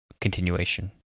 continuation